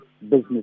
business